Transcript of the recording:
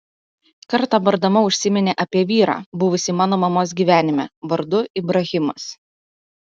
kartą bardama užsiminė apie vyrą buvusį mano mamos gyvenime vardu ibrahimas